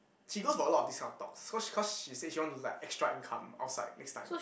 she goes for a lot of this kind of talks cause cause she say she want to like extra income outside next time